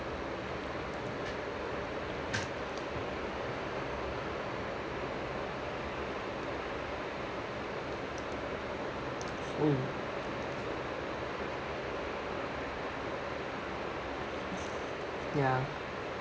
mm ya